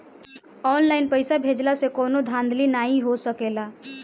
online पइसा भेजला से कवनो धांधली नाइ हो सकेला